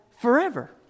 forever